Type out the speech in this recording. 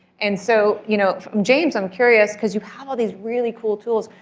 and so, you know um james, i'm curious, because you've had all these really cool tools,